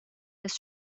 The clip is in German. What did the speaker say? des